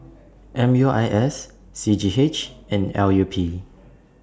M U I S C G H and L U P